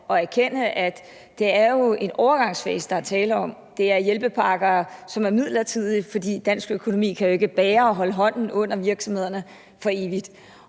og erkende, at det jo er en overgangsfase, der er tale om. Det er hjælpepakker, som er midlertidige, for dansk økonomi kan jo ikke bære, at man holder hånden under virksomhederne for evigt,